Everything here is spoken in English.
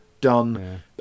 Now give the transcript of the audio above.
done